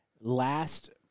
Last